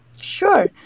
Sure